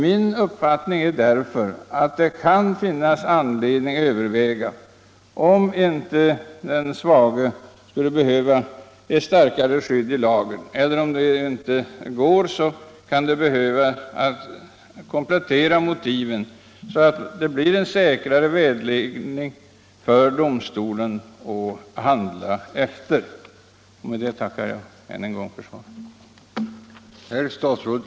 Min uppfattning är därför att det kan finnas anledning att överväga om inte den svage skulle behöva ett starkare skydd i lagen. Om detta inte går, kan man behöva komplettera motiven, så att domstolarna får en säkrare vägledning för sin handläggning. Därmed tackar jag ännu en gång för svaret.